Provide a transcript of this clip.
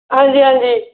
ਹਾਂਜੀ ਹਾਂਜੀ